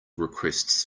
requests